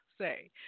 say